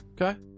okay